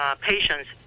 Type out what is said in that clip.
patients